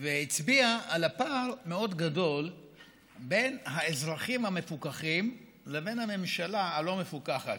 והצביע על פער מאוד גדול בין האזרחים המפוכחים לבין הממשלה הלא-מפוכחת,